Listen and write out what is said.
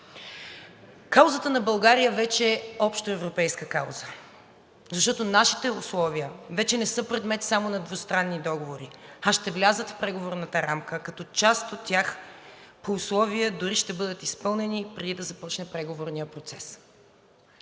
Каузата на България е вече общоевропейска кауза, защото нашите условия вече не са предмет само на двустранни договори, а ще влязат в Преговорната рамка, като част от тях по условие дори ще бъдат изпълнени, преди да започне преговорният процес.